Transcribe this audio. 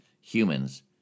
humans